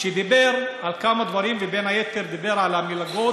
שדיבר על כמה דברים, ובין היתר על מלגות